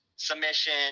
Submission